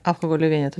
alkoholio vienetų